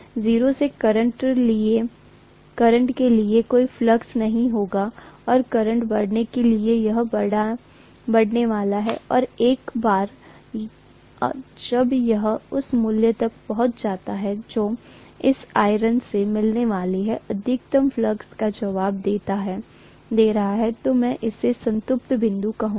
0 current के लिए कोई फ़्लक्स नहीं होगा और करंट बढ़ाने के लिए यह बढ़ने वाला है और एक बार जब यह उस मूल्य तक पहुँच जाता है जो इस आयरन से मिलने वाले अधिकतम फ़्लक्स का जवाब दे रहा है तो मैं इसे संतृप्ति बिंदु कहूँगा